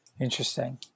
Interesting